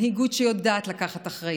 למנהיגות שיודעת לקחת אחריות,